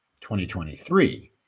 2023